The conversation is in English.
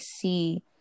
see